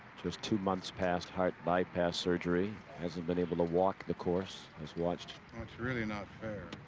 just two months past heart bypass surgery hasn't been able to walk. the course is watched. it's really not fair